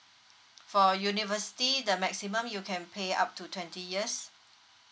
for university the maximum you can pay up to twenty years